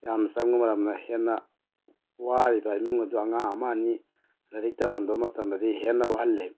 ꯌꯥꯝꯅ ꯆꯪꯕ ꯃꯔꯝꯅ ꯍꯦꯟꯅ ꯋꯥꯔꯤꯕ ꯏꯃꯨꯡ ꯑꯗꯨ ꯑꯉꯥꯡ ꯑꯃ ꯑꯅꯤ ꯂꯥꯏꯔꯤꯛ ꯇꯝꯍꯟꯕ ꯃꯇꯝꯗꯗꯤ ꯍꯦꯟꯅ ꯋꯥꯍꯜꯂꯤ